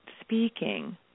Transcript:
speaking